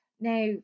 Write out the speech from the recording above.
now